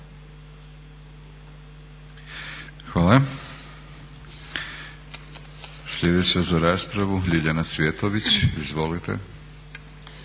Hvala. Sljedeća za raspravu Ljiljana Cvjetović. Izvolite.